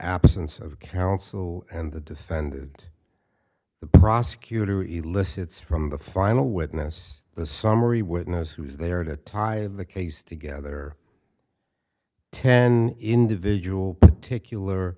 absence of counsel and the defended the prosecutor elicits from the final witness the summary witness who was there to tire of the case together ten individual particular